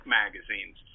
magazines